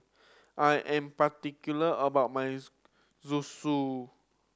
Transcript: I am particular about my Zosui